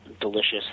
delicious